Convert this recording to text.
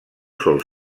sol